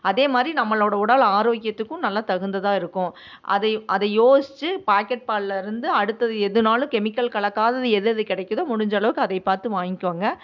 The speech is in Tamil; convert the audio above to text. அதே மாதிரி நம்மளோடய உடல் ஆரோக்கியத்துக்கும் நல்ல தகுந்ததாக இருக்கும் அது அதை யோசித்து பேக்கெட் பால்லேருந்து அடுத்தது எதுவானாலும் கெமிக்கல் கலக்காதது எதெது கிடைக்கிதோ முடிஞ்சளவுக்கு அதை பார்த்து வாங்கிக்கோங்க